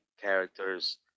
character's